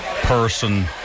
person